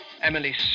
Emily